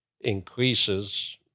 increases